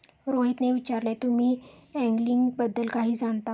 रोहितने विचारले, तुम्ही अँगलिंग बद्दल काही जाणता का?